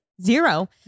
Zero